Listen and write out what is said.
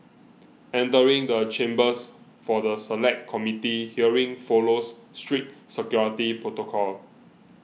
entering the chambers for the Select Committee hearing follows strict security protocol